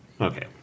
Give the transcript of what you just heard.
Okay